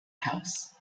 house